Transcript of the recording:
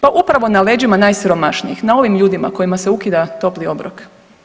Pa upravo na leđima najsiromašnijih, na ovim ljudima kojima se ukida topli obrok.